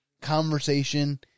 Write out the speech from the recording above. conversation